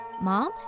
Mom